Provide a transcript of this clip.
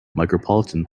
micropolitan